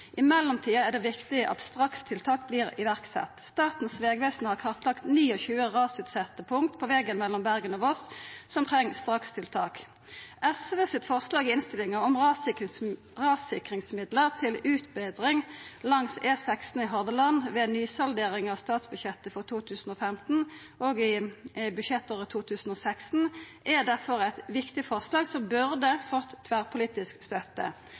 I mellomtida er det viktig at strakstiltak vert sette i verk. Statens vegvesen har kartlagt 29 rasutsette punkt på vegen mellom Bergen og Voss som treng strakstiltak. SV sitt forslag i innstillinga om rassikringsmidlar til utbetring langs E16 i Hordaland ved ny saldering av statsbudsjettet for 2015 og i budsjettåret 2016 er difor eit viktig forslag som burde fått tverrpolitisk støtte.